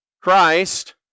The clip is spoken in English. Christ